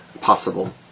possible